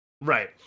Right